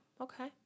Okay